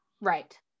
Right